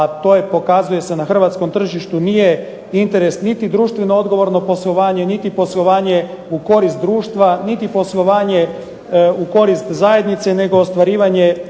a to je, pokazuje se na hrvatskom tržištu, nije interes niti društveno odgovorno poslovanje, niti poslovanje u korist društva, niti poslovanje u korist zajednice nego ostvarivanje